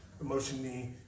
Emotionally